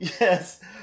Yes